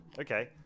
Okay